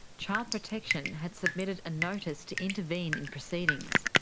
child protection had submitted a notice to intervene in proceedings.